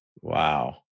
Wow